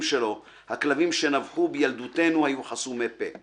שלו "הכלבים שנבחו בילדותנו היו חסומי פה"